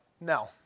no